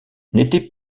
n’était